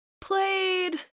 played